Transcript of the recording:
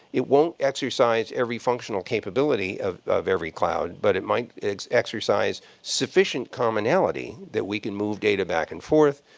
it won't exercise every functional capability of of every cloud, but it might exercise sufficient commonality that we can move data back and forth.